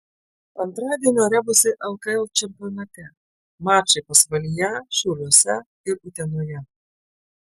antradienio rebusai lkl čempionate mačai pasvalyje šiauliuose ir utenoje